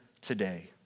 today